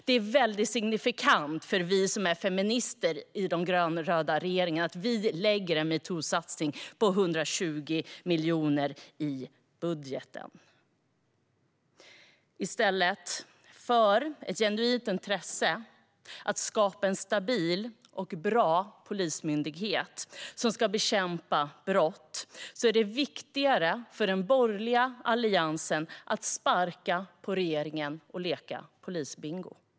Det är väldigt signifikant för oss som är feminister i den rödgröna regeringen att vi gör en metoo-satsning på 120 miljoner i budgeten. Det är viktigare för den borgerliga alliansen att sparka på regeringen och leka polisbingo än att visa ett genuint intresse för att skapa en stabil och bra polismyndighet som ska bekämpa brott.